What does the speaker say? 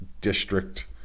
district